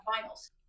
finals